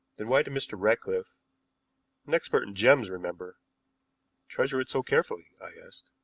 then why did mr. ratcliffe an expert in gems, remember treasure it so carefully? i asked.